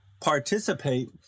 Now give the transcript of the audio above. participate